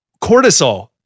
cortisol